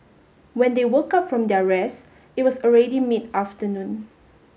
when they woke up from their rest it was already mid afternoon